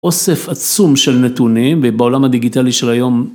אוסף עצום של נתונים ובעולם הדיגיטלי של היום.